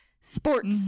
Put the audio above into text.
sports